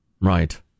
Right